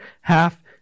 half